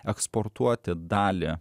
eksportuoti dalį